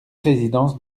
résidence